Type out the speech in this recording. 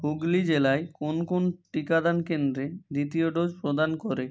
হুগলি জেলায় কোন কোন টিকাদান কেন্দ্রে দ্বিতীয় ডোজ প্রদান করে